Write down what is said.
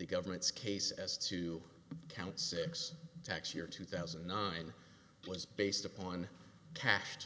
the government's case as to count six tax year two thousand and nine was based upon cas